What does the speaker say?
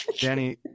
Danny